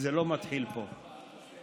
זה לא מתחיל בקורונה.